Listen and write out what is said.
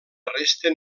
resten